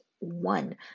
One